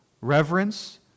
reverence